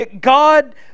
God